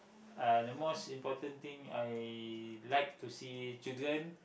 uh the most important thing I like to see children